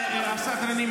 הסדרנים,